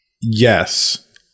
Yes